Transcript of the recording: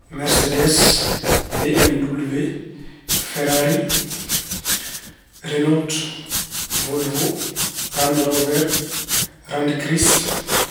Meesedees, BMW, Feerari, Renold, Wolwo, Rad Roower, Rad Kiris.